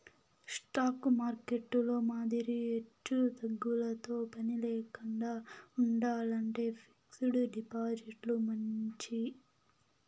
stock మార్కెట్టులో మాదిరి ఎచ్చుతగ్గులతో పనిలేకండా ఉండాలంటే ఫిక్స్డ్ డిపాజిట్లు మంచియి